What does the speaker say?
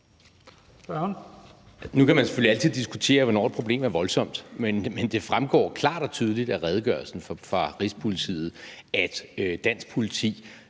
Nu kan man selvfølgelig altid diskutere, hvornår et problem er voldsomt, men det fremgår klart og tydeligt af redegørelsen fra Rigspolitiet, at dansk politi